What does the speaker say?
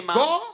go